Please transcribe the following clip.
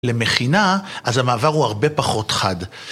למחינה, אז המעבר הוא הרבה פחות חד.